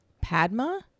Padma